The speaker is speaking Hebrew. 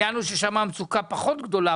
שם המצוקה פחות גדולה.